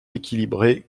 équilibré